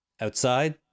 Outside